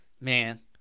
man